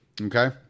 Okay